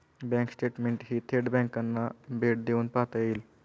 bank स्टेटमेंटही थेट बँकांना भेट देऊन पाहता येईल